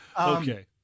Okay